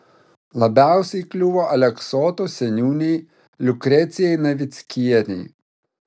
labiausiai kliuvo aleksoto seniūnei liukrecijai navickienei